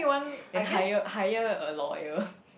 and hire hire a lawyer